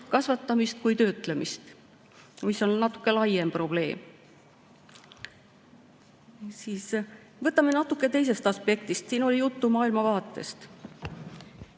kasvatamist kui ka töötlemist. See on natuke laiem probleem. Võtame natuke teisest aspektist. Siin oli juttu maailmavaatest.